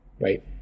right